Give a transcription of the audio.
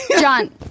John